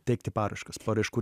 teikti paraiškas paraiškų